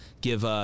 give